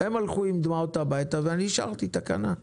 הם הלכו עם דמעות הביתה ואני אישרתי תקנה,